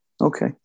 Okay